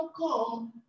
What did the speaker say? come